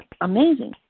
amazing